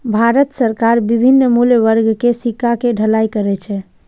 भारत सरकार विभिन्न मूल्य वर्ग के सिक्का के ढलाइ करै छै